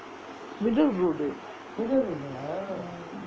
middle road uh